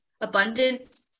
abundance